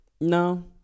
No